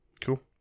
Cool